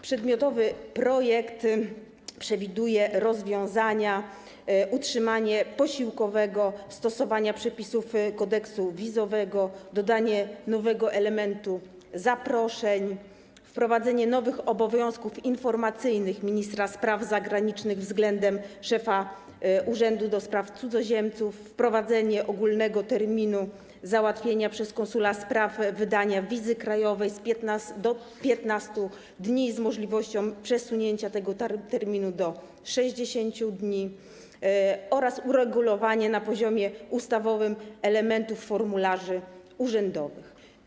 Przedmiotowy projekt przewiduje następujące rozwiązania: utrzymanie posiłkowego stosowania przepisów kodeksu wizowego, dodanie nowego elementu zaproszeń, wprowadzenie nowych obowiązków informacyjnych ministra spraw zagranicznych względem szefa Urzędu do Spraw Cudzoziemców, wprowadzenie ogólnego terminu załatwienia przez konsula spraw wydania wizy krajowej do 15 dni, z możliwością przesunięcia tego terminu do 60 dni, oraz uregulowanie na poziomie ustawowym elementów formularzy urzędowych.